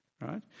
right